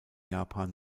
japan